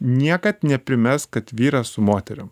niekad neprimesk kad vyras su moterim